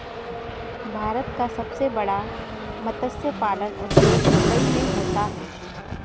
भारत का सबसे बड़ा मत्स्य पालन उद्योग मुंबई मैं होता है